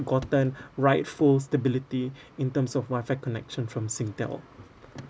gotten rightful stability in terms of wifi connection from Singtel